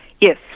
Yes